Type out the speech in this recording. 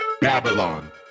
Babylon